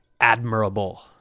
Admirable